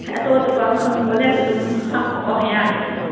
ꯑꯇꯣꯞ ꯑꯇꯣꯞꯄ ꯑꯗꯨꯝ ꯈꯪꯅꯤꯡꯕ ꯂꯩꯔꯁꯨ ꯑꯗꯨꯝ ꯍꯪꯉꯛꯑꯣ ꯌꯥꯅꯤꯌꯦ